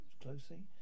closely